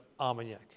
Armagnac